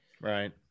Right